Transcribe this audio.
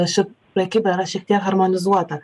ši prekyba yra šiek tiek harmonizuota